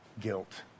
guilt